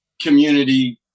community